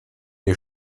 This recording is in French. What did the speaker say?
les